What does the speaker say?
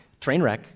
Trainwreck